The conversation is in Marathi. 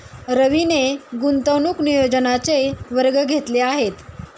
रवीने गुंतवणूक नियोजनाचे वर्ग घेतले आहेत